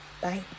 bye